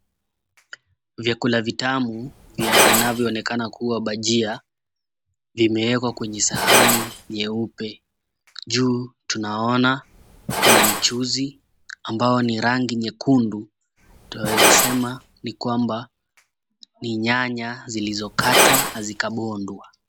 Vyakula vitamu vinavyoonekana kuwa bajia vimeekwa kwenye sahani nyeupe. Juu tunaona kuna mchuzi ambao ni rangi nyekuendu twaweza sema ni kwamba ni nyanya zilizokatwa na zikabondwa.